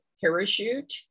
Parachute